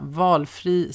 valfri